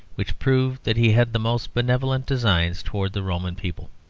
which proved that he had the most benevolent designs towards the roman people.